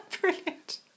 Brilliant